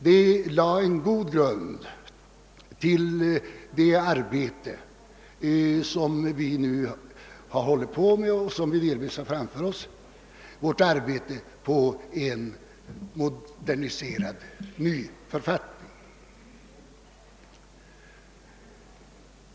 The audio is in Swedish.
Det lade en god grund för det arbete vi sedan har hållit på med och det som vi ännu har framför oss, nämligen arbetei på ena moderniserad, ny författning.